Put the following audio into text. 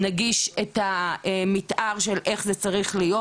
נגיש את המתאר של איך זה צריך להיות,